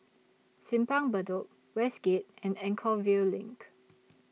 Simpang Bedok Westgate and Anchorvale LINK